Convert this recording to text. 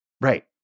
Right